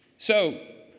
so,